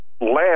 land